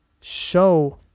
show